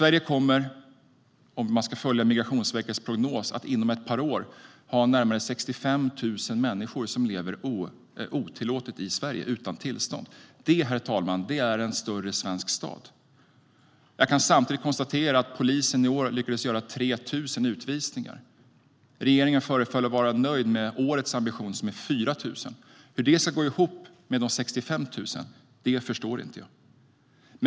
Enligt Migrationsverkets prognos kommer inom ett par år närmare 65 000 människor att leva i Sverige utan tillstånd. Det, herr talman, mot-svarar en större svensk stad. Jag kan samtidigt konstatera att polisen i år lyckades göra 3 000 utvisningar. Regeringen förefaller vara nöjd med årets ambition som är 4 000. Hur det ska ihop med de 65 000 förstår inte jag.